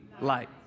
light